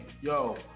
yo